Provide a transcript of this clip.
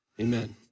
amen